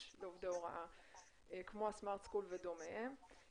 לעובדי הוראה כמו הסמארט סקול ודומיהם.